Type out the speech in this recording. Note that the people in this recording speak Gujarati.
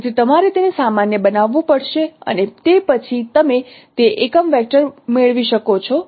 તેથી તમારે તેને સામાન્ય બનાવવું પડશે અને તે પછી તમે તે એકમ વેક્ટર મેળવી શકો છો